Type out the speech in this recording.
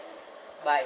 bye